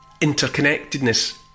interconnectedness